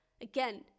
Again